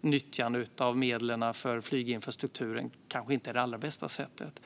nyttjande av medlen till flyginfrastrukturen tänker jag kanske inte är det allra bästa sättet.